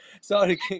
sorry